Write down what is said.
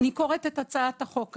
אני קוראת את הצעת החוק הזו.